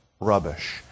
rubbish